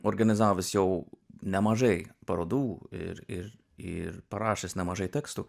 organizavus jau nemažai parodų ir ir ir parašęs nemažai tekstų